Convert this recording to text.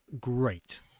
great